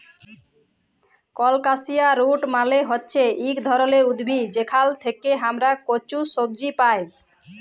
colocasia root মালে হচ্যে ইক ধরলের উদ্ভিদ যেখাল থেক্যে হামরা কচু সবজি পাই